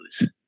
news